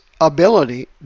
ability